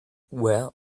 well